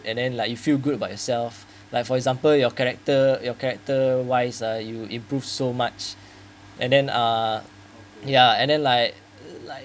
and then like you feel good about yourself like for example your character your character wise uh you improve so much and then uh ya and then like like